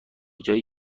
جایی